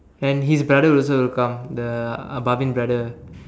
and his brother also will come the uh Bhavin brother